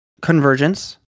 Convergence